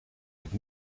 het